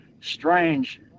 strange